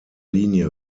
linie